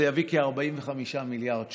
זה יביא כ-45 מיליארד שקלים.